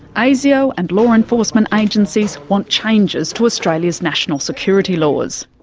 asio and law enforcement agencies want changes to australia's national security laws.